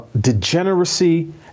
degeneracy